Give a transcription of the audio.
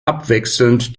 abwechselnd